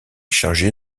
chargé